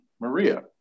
Maria